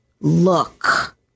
look